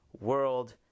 world